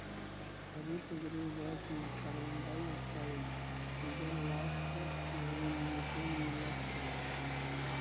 हरितगृह गैस में carbon dioxide, जलवाष्प अउरी मीथेन मिलल हअ